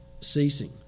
ceasing